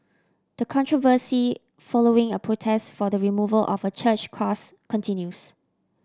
the controversy following a protest for the removal of a church cross continues